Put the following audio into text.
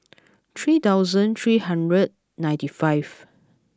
three thousand three hundred ninety five